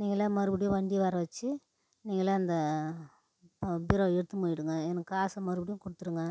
நீங்களே மறுபடியும் வண்டி வர வச்சி நீங்களே அந்த பா பீரோவை எடுத்துன்னு போயிவிடுங்க எனக்கு காசை மறுபடியும் கொடுத்துருங்க